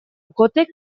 okothek